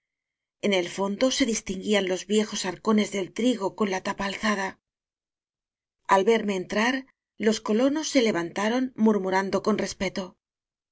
en el fon do se distinguían los viejos arcones del trigo con la tapa alzada al verme entrar los colo nos se levantaron murmurando con respeto